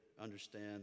understand